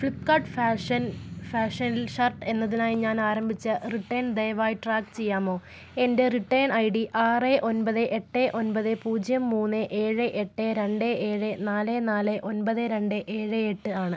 Flipkart fashion fashion shirt എന്നതിനായി ഞാൻ ആരംഭിച്ച റിട്ടേൺ ദയവായി ട്രാക്ക് ചെയ്യാമോ എൻ്റെ റിട്ടേൺ ഐ ഡി ആറ് ഒമ്പത് എട്ട് ഒമ്പത് പൂജ്യം മൂന്ന് ഏഴ് എട്ട് രണ്ട് ഏഴ് നാല് നാല് ഒൻപത് രണ്ട് ഏഴ് എട്ട് ആണ്